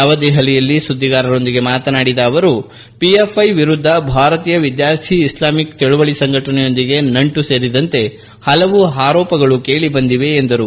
ನವದೆಹಲಿಯಲ್ಲಿ ಸುದ್ದಿಗಾರರೊಂದಿಗೆ ಮಾತನಾಡಿದ ಅವರು ಪಿಎಫ್ಐ ವಿರುದ್ದ ಭಾರತೀಯ ವಿದ್ಯಾರ್ಥಿ ಇಸ್ಲಾಮಿಕ್ ಚಳವಳಿ ಸಂಘಟನೆಯೊಂದಿಗೆ ನಂಟು ಸೇರಿದಂತೆ ಹಲವು ಆರೋಪಗಳು ಕೇಳಿಬಂದಿವೆ ಎಂದರು